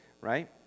right